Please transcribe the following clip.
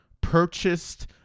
purchased